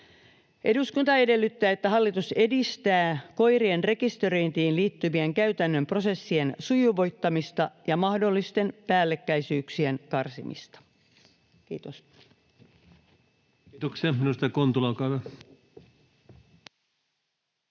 Eduskunta edellyttää, että hallitus edistää koirien rekisteröintiin liittyvien käytännön prosessien sujuvoittamista ja mahdollisten päällekkäisyyksien karsimista.” — Kiitos. [Speech 220] Speaker: